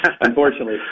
unfortunately